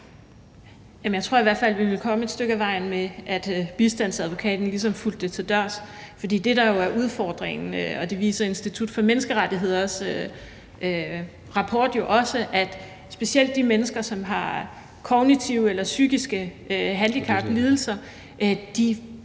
Jeg tror i hvert fald, at vi ville komme et stykke ad vejen med, at bistandsadvokaten fulgte det til dørs. For det, der jo er udfordringen – og det viser Institut for Menneskerettigheders rapport jo også – er, at specielt de mennesker, som har kognitive eller psykiske handicap eller